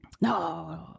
No